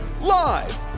Live